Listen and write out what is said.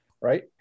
Right